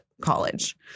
college